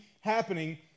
happening